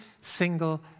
single